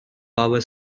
power